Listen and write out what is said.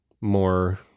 more